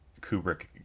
Kubrick